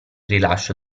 rilascio